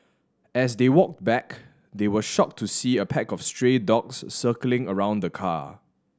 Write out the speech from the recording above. as they walked back they were shocked to see a pack of stray dogs circling around the car